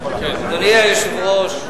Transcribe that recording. אדוני היושב-ראש,